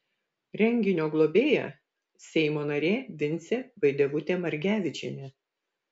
renginio globėja seimo narė vincė vaidevutė margevičienė